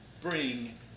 bring